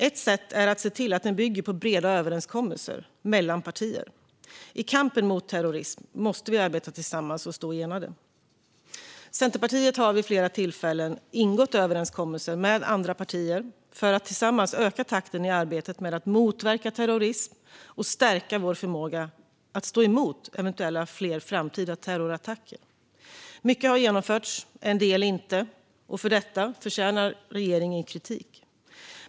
Ett sätt är att se till att den bygger på breda överenskommelser mellan partier. I kampen mot terrorism måste vi arbeta tillsammans och stå enade. Centerpartiet har vid flera tillfällen ingått överenskommelser med andra partier för att tillsammans öka takten i arbetet med att motverka terrorism och stärka vår förmåga att stå emot eventuella framtida terrorattacker. Mycket har genomförts - en del inte, och för detta förtjänar regeringen kritik.